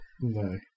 No